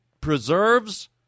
preserves